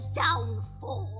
downfall